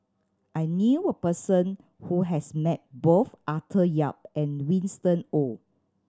I knew a person who has met both Arthur Yap and Winston Oh